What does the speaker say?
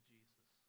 Jesus